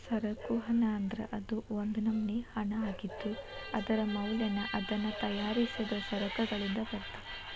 ಸರಕು ಹಣ ಅಂದ್ರ ಅದು ಒಂದ್ ನಮ್ನಿ ಹಣಾಅಗಿದ್ದು, ಅದರ ಮೌಲ್ಯನ ಅದನ್ನ ತಯಾರಿಸಿದ್ ಸರಕಗಳಿಂದ ಬರ್ತದ